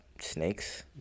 snakes